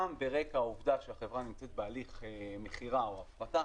גם ברקע העובדה שהחברה נמצאת בהליך מכירה או הפרטה,